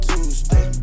Tuesday